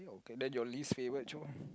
okay then your least favorite chore